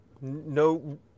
no